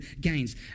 gains